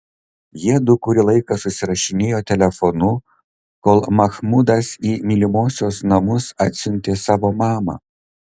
jiedu kurį laiką susirašinėjo telefonu kol mahmudas į mylimosios namus atsiuntė savo mamą